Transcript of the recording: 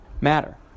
matter